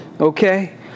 Okay